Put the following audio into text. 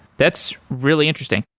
that's really interesting.